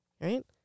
right